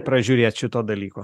pražiūrėt šito dalyko